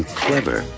clever